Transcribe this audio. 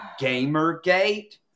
Gamergate